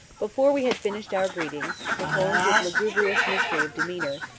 before we had finished our greetings, performed with lugubrious mystery of demeanour,